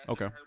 Okay